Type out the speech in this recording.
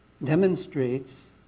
demonstrates